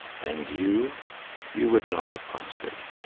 and you you would not have prospered.